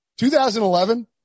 2011